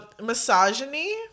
Misogyny